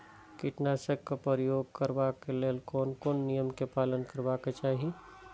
कीटनाशक क प्रयोग करबाक लेल कोन कोन नियम के पालन करबाक चाही?